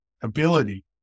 ability